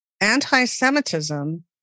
anti-Semitism